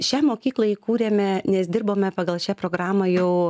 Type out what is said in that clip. šią mokyklą įkūrėme nes dirbome pagal šią programą jau